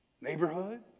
neighborhood